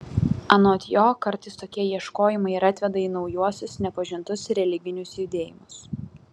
anot jo kartais tokie ieškojimai ir atveda į naujuosius nepažintus religinius judėjimus